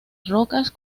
rocas